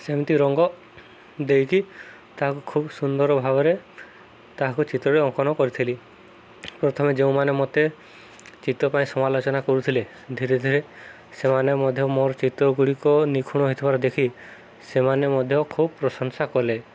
ସେମିତି ରଙ୍ଗ ଦେଇକି ତାହାକୁ ଖୁବ ସୁନ୍ଦର ଭାବରେ ତାହାକୁ ଚିତ୍ରରେ ଅଙ୍କନ କରିଥିଲି ପ୍ରଥମେ ଯେଉଁମାନେ ମୋତେ ଚିତ୍ର ପାଇଁ ସମାଲୋଚନା କରୁଥିଲେ ଧୀରେ ଧୀରେ ସେମାନେ ମଧ୍ୟ ମୋର ଚିତ୍ର ଗୁଡ଼ିକ ନିଖୁଣ ହେଇଥିବାର ଦେଖି ସେମାନେ ମଧ୍ୟ ଖୁବ ପ୍ରଶଂସା କଲେ